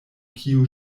kiu